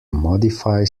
modify